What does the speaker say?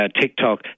TikTok